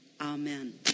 Amen